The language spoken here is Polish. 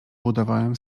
budowałem